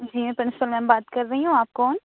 جی میں principal ma'am بات کررہی ہوں آپ کون